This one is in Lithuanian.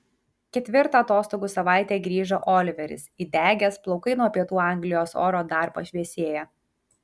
ketvirtą atostogų savaitę grįžo oliveris įdegęs plaukai nuo pietų anglijos oro dar pašviesėję